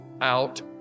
out